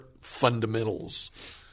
fundamentals